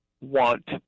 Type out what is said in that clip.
want